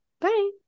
bye